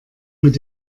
mit